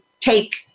take